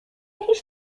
هیچ